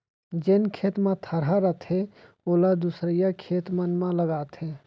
जेन खेत म थरहा रथे ओला दूसरइया खेत मन म लगाथें